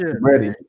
ready